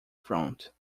front